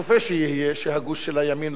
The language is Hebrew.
שהגוש של הימין לא יהיה לו רוב,